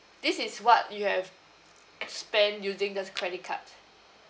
this is what you have spent using this credit card